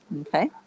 Okay